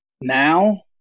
now